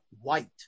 white